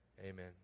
Amen